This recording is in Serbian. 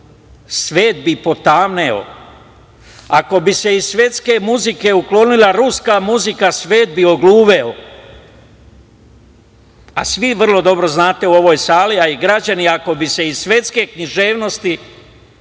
svet bi potamneo, ako bi se iz svetske muzike uklonila ruska muzika svet bi ogluveo, a svi vrlo dobro znate u ovoj sali, a i građani, ako bi se iz svetske književnosti